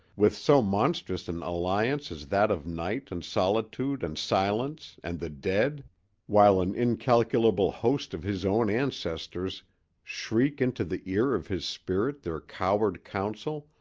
with so monstrous an alliance as that of night and solitude and silence and the dead while an incalculable host of his own ancestors shriek into the ear of his spirit their coward counsel,